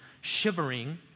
shivering